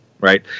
right